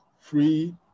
free